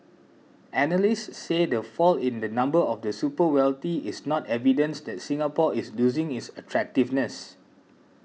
analysts said the fall in the number of the super wealthy is not evidence that Singapore is losing its attractiveness